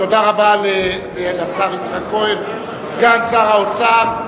תודה רבה לשר יצחק כהן, סגן שר האוצר.